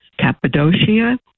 Cappadocia